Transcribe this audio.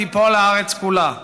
תיפול הארץ כולה.